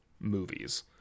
movies